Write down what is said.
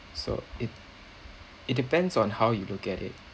so it it depends on how you look at it